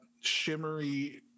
shimmery